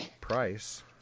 price